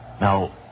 Now